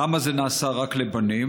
למה זה נעשה רק לבנים?